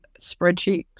spreadsheets